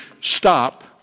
stop